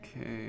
Okay